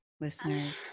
listeners